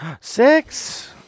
Six